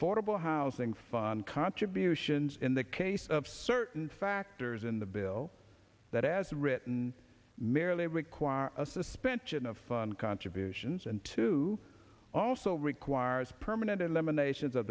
portable housing fun contributions in the case of certain factors in the bill that as written merely require a suspension of fun contributions and to also requires permanent and emanations o